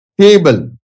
table